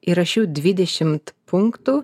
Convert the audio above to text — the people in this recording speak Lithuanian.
įrašiau dvidešimt punktų